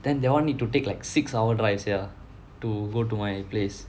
then that [one] need to take like six hour drive sia to go to my place